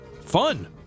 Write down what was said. fun